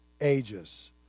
ages